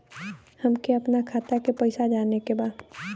हमके आपन खाता के पैसा जाने के बा